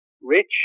Rich